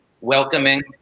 welcoming